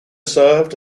served